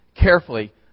carefully